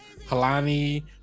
Kalani